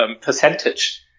percentage